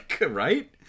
Right